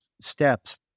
steps